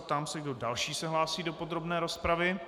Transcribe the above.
Ptám se, kdo další se hlásí do podrobné rozpravy.